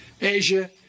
Asia